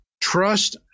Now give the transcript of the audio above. trust